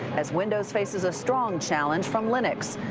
as windows faces a strong challenge from linux